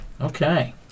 Okay